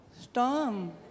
storm